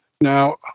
now